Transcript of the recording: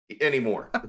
anymore